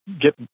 get